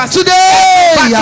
Today